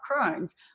Crohn's